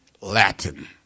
Latin